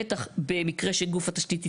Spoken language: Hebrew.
בטח במקרה שגוף התשתית התעלם.